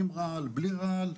עם רעל, בלי רעל.